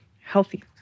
healthy